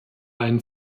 einen